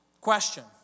Question